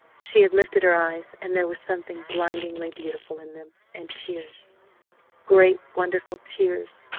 she had lifted her eyes and there was something blindingly beautiful in them, and tears great wonderful tears,